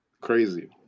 crazy